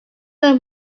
was